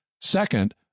Second